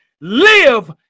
Live